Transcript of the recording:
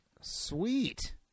sweet